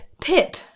Pip